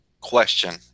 Question